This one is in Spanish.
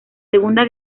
segunda